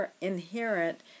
inherent